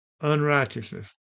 unrighteousness